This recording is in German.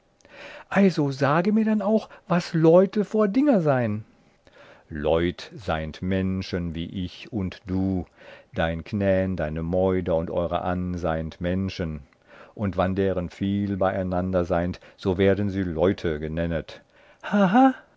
so sage mir dann auch was leute vor dinger sein einsied leut seind menschen wie ich und du dein knän deine meuder und eure ann seind menschen und wann deren viel beieinander seind so werden sie leute genennet